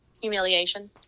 Humiliation